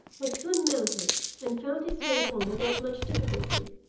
was soon mounted and found his way home without much difficulty.